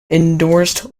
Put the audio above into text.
endorsed